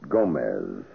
Gomez